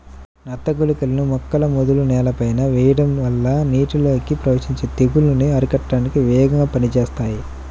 నత్త గుళికలని మొక్కల మొదలు నేలపైన వెయ్యడం వల్ల నీటిలోకి ప్రవేశించి తెగుల్లను అరికట్టడానికి వేగంగా పనిజేత్తాయి